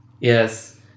yes